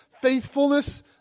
faithfulness